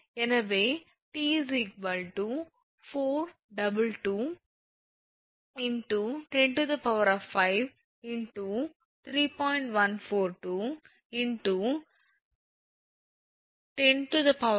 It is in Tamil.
எனவே 𝑇 422 × 105 × 3